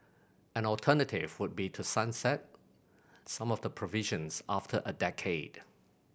an alternative would be to sunset some of the provisions after a decade